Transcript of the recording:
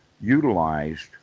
utilized